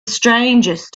strangest